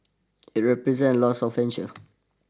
it represent a loss of revenue